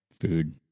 Food